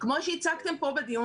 כמו שהצגתם פה בדיון,